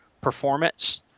performance